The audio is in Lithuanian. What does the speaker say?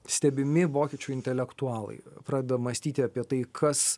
stebimi vokiečių intelektualai pradeda mąstyti apie tai kas